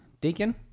Deacon